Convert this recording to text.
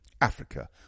Africa